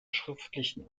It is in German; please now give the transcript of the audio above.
schriftlichen